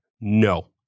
No